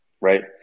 right